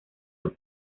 los